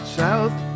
south